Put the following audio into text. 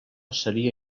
seria